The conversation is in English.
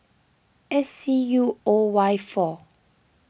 S C U O Y four